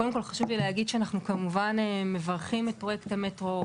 קודם כל חשוב לי להגיד שאנחנו כמובן מברכים את פרויקט המטרו,